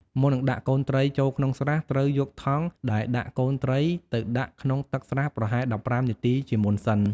មុននឹងដាក់កូនត្រីចូលក្នុងស្រះ ត្រូវយកថង់ដែលដាក់កូនត្រីទៅដាក់ក្នុងទឹកស្រះប្រហែល ១៥ នាទីជាមុនសិន។